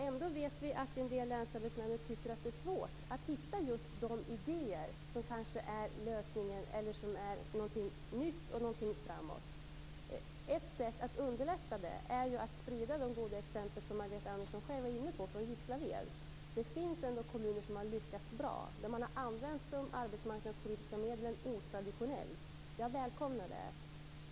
Ändå vet vi att en del länsarbetsnämnder tycker att det är svårt att hitta just de idéer som är lösningen eller som är någonting nytt och framåt. Ett sätt att underlätta detta är att sprida de goda exempel från Gislaved som Margareta Andersson själv var inne på. Det finns ändå kommuner där man har lyckats bra. Man har använt de arbetsmarknadspolitiska medlen otraditionellt. Det välkomnar jag.